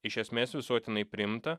iš esmės visuotinai priimta